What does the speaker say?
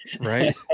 Right